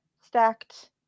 stacked